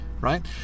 right